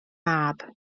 mab